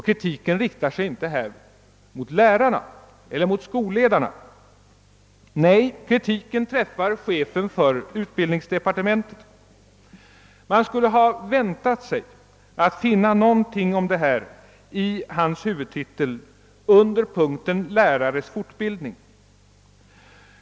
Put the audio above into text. Kritiken riktar sig inte mot lärarna eller mot skolledarna, nej, den träffar chefen för utbildningsdepartementet. Man skulle ha väntat sig att finna någonting om detta i hans huvudtitel under punkten Lärares fortbildning m.m.